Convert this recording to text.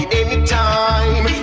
anytime